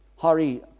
Harry